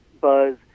buzz